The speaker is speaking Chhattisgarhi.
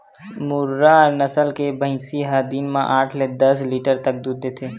मुर्रा नसल के भइसी ह दिन म आठ ले दस लीटर तक दूद देथे